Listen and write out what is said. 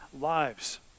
lives